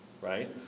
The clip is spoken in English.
right